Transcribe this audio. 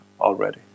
already